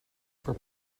for